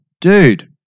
Dude